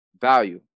value